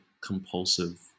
compulsive